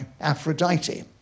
Aphrodite